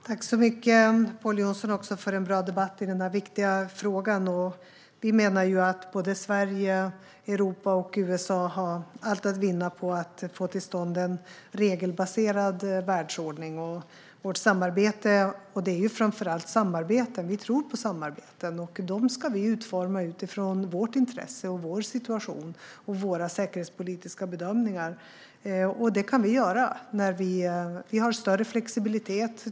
Herr talman! Tack, Pål Jonson, för en bra debatt i denna viktiga fråga! Vi menar att såväl Sverige som Europa och USA har allt att vinna på att få till stånd en regelbaserad världsordning. Det handlar framför allt om samarbeten - vi tror på samarbete - och dem ska vi utforma utifrån vårt intresse, vår situation och våra säkerhetspolitiska bedömningar. Detta kan vi göra när vi har större flexibilitet.